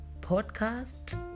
podcast